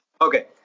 Okay